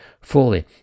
fully